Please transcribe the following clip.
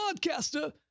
podcaster